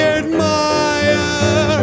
admire